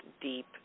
deep